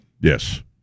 yes